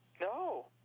No